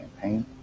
campaign